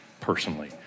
personally